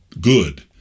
good